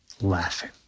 laughing